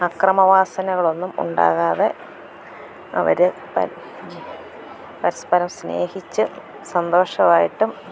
അക്രമവാസനകളൊന്നും ഉണ്ടാകാതെ അവർ പരസ്പരം സ്നേഹിച്ച് സന്തോഷമായിട്ടും